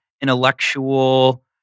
intellectual